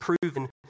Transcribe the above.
proven